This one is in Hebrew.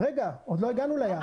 עוד לא הגענו ליעד.